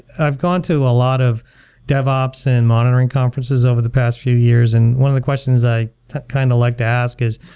i've gone to a lot of dev ops and monitoring conferences over the past two years and one of the questions i kind of like to ask is,